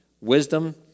wisdom